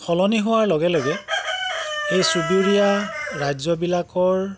সলনি হোৱাৰ লগে লগে এই চুবুৰীয়া ৰাজ্যবিলাকৰ